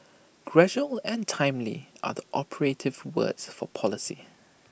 gradual and timely are the operative words for policy